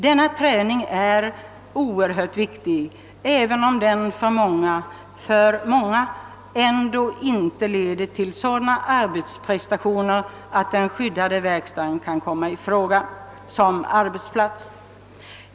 Denna träning är oerhört viktig även om den för många ändå inte leder till sådana arbetsprestationer, att den skyddade verkstaden kan komma i fråga som arbetsplats.